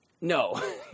No